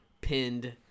pinned